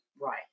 Right